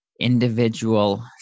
individual